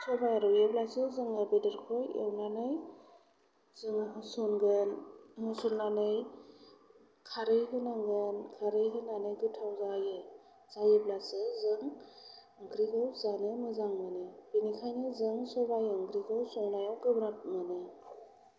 सबाइया रुइयोब्लासो जोङो बेदरखौ एवनानै जों होसनगोन होसननानै खारै होनांगोन खारै होनानै गोथाव जायो जायोब्लासो जों ओंख्रिखौ जानो मोजां मोनो बेनिखायनो जों सबाइ ओंख्रिखौ संनायाव गोब्राब मोनो